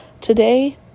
Today